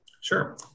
Sure